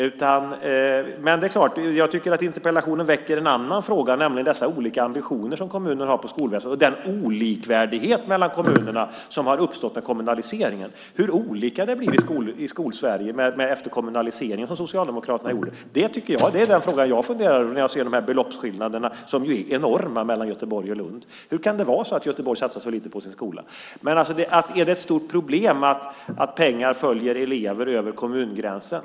Jag tycker att interpellationen väcker en annan fråga, nämligen de olika ambitioner som kommunerna har på skolområdet och den olikvärdighet mellan kommunerna som har uppstått med kommunaliseringen. Man kan se hur olika det har blivit i Skol-Sverige efter den kommunalisering som Socialdemokraterna genomförde. Det är den fråga som jag funderar över när jag ser de här beloppsskillnaderna, som ju är enorma mellan Göteborg och Lund. Hur kan Göteborg satsar så lite på sin skola? Är det ett stort problem att pengar följer elever över kommungränsen?